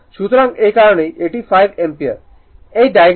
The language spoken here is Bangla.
সুতরাং এই কারণেই এটি 5 অ্যাম্পিয়ারি